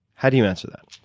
how do you answer that.